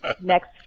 next